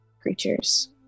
creatures